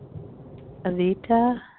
Avita